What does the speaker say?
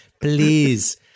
please